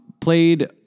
played